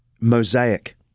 mosaic